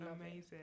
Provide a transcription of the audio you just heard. Amazing